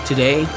Today